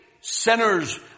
sinners